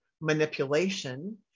manipulation